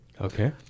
Okay